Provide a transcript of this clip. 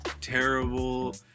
terrible